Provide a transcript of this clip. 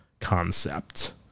concept